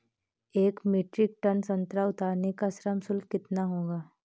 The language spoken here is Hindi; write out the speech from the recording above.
एक मीट्रिक टन संतरा उतारने का श्रम शुल्क कितना होगा?